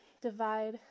divide